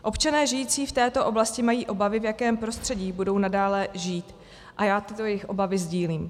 Občané žijící v této oblasti mají obavy, v jakém prostředí budou nadále žít, a já tyto jejich obavy sdílím.